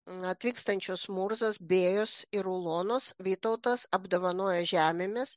atvykstančius murzas bėjus ir ulonus vytautas apdovanojo žemėmis